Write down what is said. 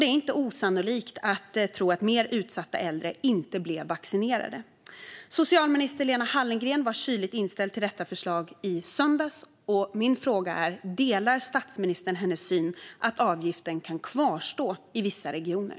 Det är inte osannolikt att tro att mer utsatta äldre inte blev vaccinerade. Socialminister Lena Hallengren var kyligt inställd till detta förslag i söndags. Min fråga är: Delar statsministern hennes syn - att avgiften kan kvarstå i vissa regioner?